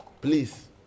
Please